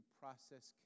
process